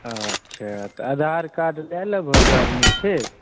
अच्छा तऽ आधारकार्ड लऽ लेबहो जरमे ठीक